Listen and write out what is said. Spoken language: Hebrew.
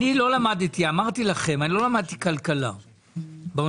אני אמרתי לכם: אני לא למדתי כלכלה באוניברסיטה,